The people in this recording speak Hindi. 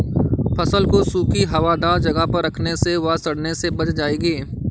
फसल को सूखी, हवादार जगह पर रखने से वह सड़ने से बच जाएगी